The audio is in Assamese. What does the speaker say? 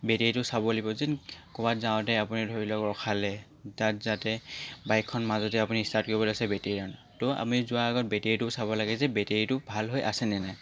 বেটেৰীটো চাবই লাগিব যদি ক'ৰবাত যাওঁতে আপুনি ধৰি লওক ৰখালে তাত যাতে বাইকখন মাজতে আপুনি ষ্টাৰ্ট কৰিব লৈছে বেটেৰি ডাউন ত' আমি যোৱাৰ আগত বেটেৰীটো চাব লাগে যে বেটেৰীটো ভাল হৈ আছে নে নাই